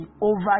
over